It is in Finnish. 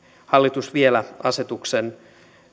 hallitus vielä asetuksen